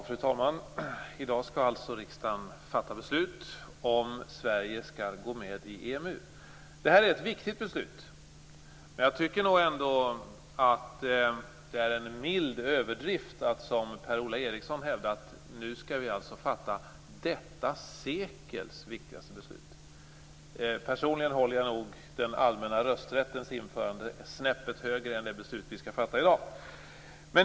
Fru talman! I dag skall riksdagen fatta beslut om ifall Sverige skall gå med i EMU. Det är ett viktigt beslut, men jag tycker nog ändå att det är en mild överdrift att som Per-Ola Eriksson hävda att riksdagen nu skall fatta detta sekels viktigaste beslut. Personligen sätter jag nog den allmänna rösträttens införande snäppet högre än det beslut som skall fattas i dag.